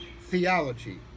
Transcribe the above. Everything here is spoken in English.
theology